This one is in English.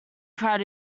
cried